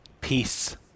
Peace